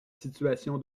situation